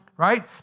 Right